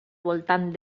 voltant